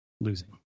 losing